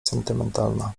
sentymentalna